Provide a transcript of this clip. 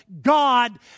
God